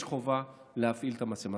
יש חובה להפעיל את המצלמה.